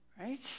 Right